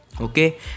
okay